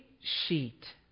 Sheet